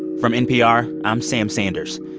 from npr. i'm sam sanders.